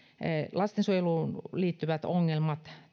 lastensuojeluun liittyvät ongelmat